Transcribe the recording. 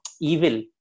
evil